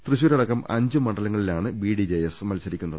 തൃശൂർ അടക്കം അഞ്ച് മണ്ഡലങ്ങളിലാണ് ബിഡിജെഎസ് മത്സരി ക്കുന്നത്